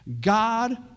God